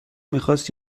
میخواست